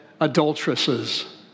adulteresses